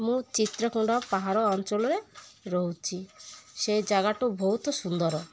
ମୁଁ ଚିତ୍ରକୁଣ୍ଡ ପାହାଡ଼ ଅଞ୍ଚଳରେ ରହୁଛି ସେ ଜାଗାଟି ବହୁତ ସୁନ୍ଦର